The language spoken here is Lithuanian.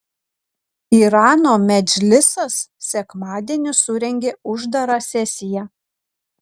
irano medžlisas sekmadienį surengė uždarą sesiją